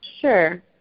Sure